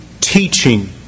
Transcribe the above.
teaching